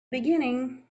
beginning